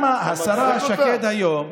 למה השרה שקד היום,